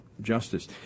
Justice